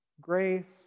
Grace